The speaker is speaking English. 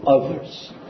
others